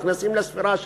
שנכנסים לספירה שלי,